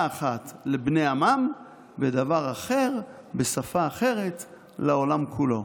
אחת לבני עמם ודבר אחר בשפה אחרת לעולם כולו?